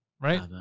Right